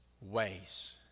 ways